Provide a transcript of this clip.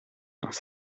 dans